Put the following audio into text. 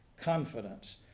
confidence